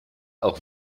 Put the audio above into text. auch